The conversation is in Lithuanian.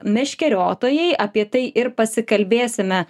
meškeriotojai apie tai ir pasikalbėsime